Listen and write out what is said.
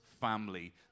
family